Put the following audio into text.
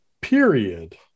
period